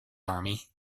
army